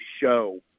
show